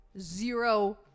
zero